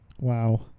Wow